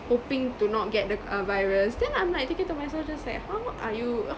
hoping to not get the uh virus then I'm like thinking to myself just like how are you